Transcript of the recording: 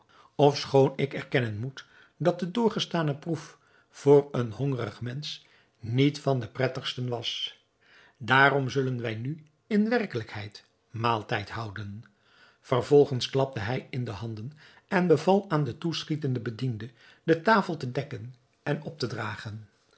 ofschoon ik erkennen moet dat de doorgestane proef voor een hongerig mensch niet van de prettigsten was daarom zullen wij nu in werkelijkheid maaltijd houden vervolgens klapte hij in de handen en beval aan den toeschietenden bediende de tafel te dekken en op te dragen